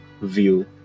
view